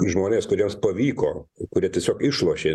žmonės kuriems pavyko kurie tiesiog išlošė